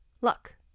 Luck